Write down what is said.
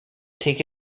take